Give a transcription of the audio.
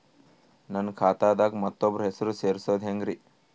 ನನ್ನ ಖಾತಾ ದಾಗ ಮತ್ತೋಬ್ರ ಹೆಸರು ಸೆರಸದು ಹೆಂಗ್ರಿ?